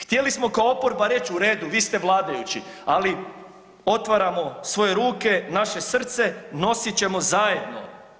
Htjeli smo kao oporba reći u redu vi ste vladajući ali otvaramo svoje ruke, naše srce, nosit ćemo zajedno.